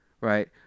right